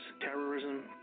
terrorism